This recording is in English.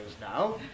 now